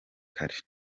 kare